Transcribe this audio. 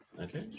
Okay